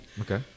Okay